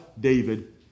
David